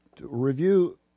review